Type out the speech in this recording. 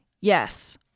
Yes